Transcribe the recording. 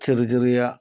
ചെറിയ ചെറിയ